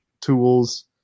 tools